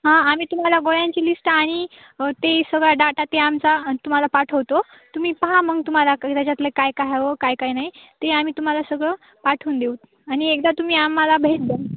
हां आम्ही तुम्हाला गोळ्यांची लिस्ट आणि ते सगळा डाटा ते आमचा तुम्हाला पाठवतो तुम्ही पहा मग तुम्हाला क त्याच्यातले काय काय हवं काय काय नाही ते आम्ही तुम्हाला सगळं पाठवून देऊ आणि एकदा तुम्ही आम्हाला भेट द्या